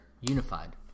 unified